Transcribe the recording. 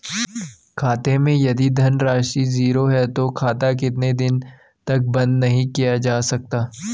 खाते मैं यदि धन राशि ज़ीरो है तो खाता कितने दिन तक बंद नहीं किया जा सकता?